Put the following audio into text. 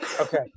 okay